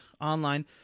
online